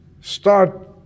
start